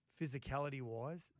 physicality-wise